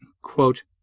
Quote